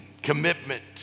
commitment